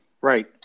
Right